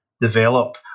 develop